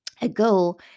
ago